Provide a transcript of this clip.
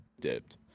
dipped